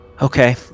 okay